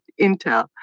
intel